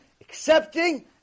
accepting